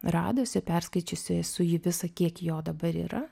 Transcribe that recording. radusi perskaičiusi esu jį visą kiek jo dabar yra